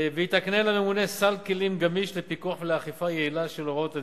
והיא תקנה לממונה סל כלים גמיש לפיקוח ולאכיפה יעילה של הוראות הדין,